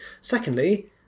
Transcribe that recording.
Secondly